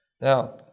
Now